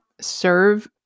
serve